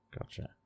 Gotcha